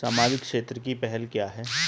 सामाजिक क्षेत्र की पहल क्या हैं?